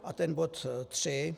A ten bod 3.